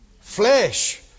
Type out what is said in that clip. Flesh